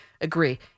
agree